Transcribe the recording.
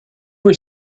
were